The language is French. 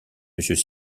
monsieur